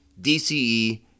DCE